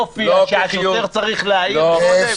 לא מופיע שהשוטר צריך להעיר קודם.